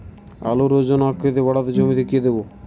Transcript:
আলুর ওজন ও আকৃতি বাড়াতে জমিতে কি দেবো?